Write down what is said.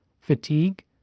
fatigue